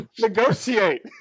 negotiate